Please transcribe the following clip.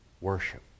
Worship